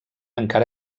encara